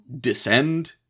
descend